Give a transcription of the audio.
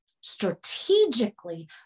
strategically